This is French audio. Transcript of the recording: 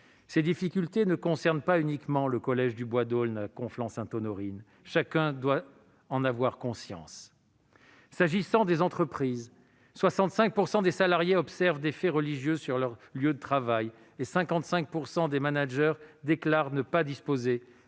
Ces difficultés ne concernent pas uniquement le collège du Bois d'Aulne à Conflans-Sainte-Honorine- chacun doit en avoir conscience. Pour ce qui concerne les entreprises, 65 % des salariés observent des faits religieux sur leur lieu de travail et 55 % des managers déclarent ne pas disposer